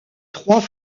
trois